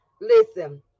Listen